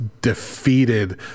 defeated